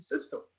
system